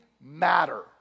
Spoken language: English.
matter